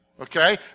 Okay